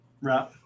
Right